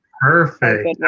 perfect